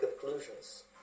conclusions